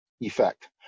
effect